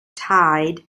tied